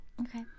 okay